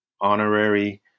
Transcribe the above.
honorary